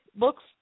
looks